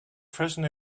freshen